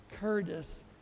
Curtis